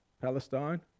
Palestine